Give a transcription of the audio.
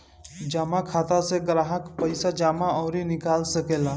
जमा खाता से ग्राहक पईसा जमा अउरी निकाल सकेला